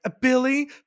Billy